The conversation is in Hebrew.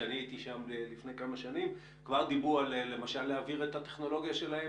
כשהייתי שם לפני כמה שנים כבר דיברו על להעביר את הטכנולוגיה שלהם